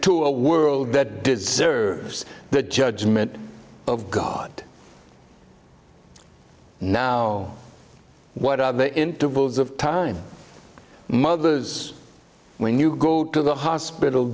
to a world that deserves the judgment of god now what are the intervals of time mothers when you go to the hospital